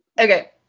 Okay